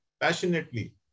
passionately